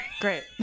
Great